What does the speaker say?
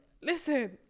listen